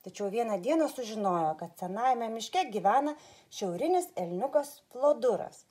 tačiau vieną dieną sužinojo kad senajame miške gyvena šiaurinis elniukas plūduras